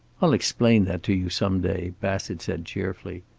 i'll explain that to you some day, bassett said cheerfully.